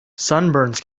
sunburns